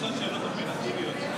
שאלות אופרטיביות.